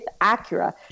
acura